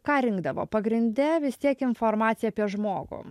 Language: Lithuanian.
ką rinkdavo pagrinde vis tiek informaciją apie žmogų